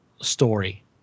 story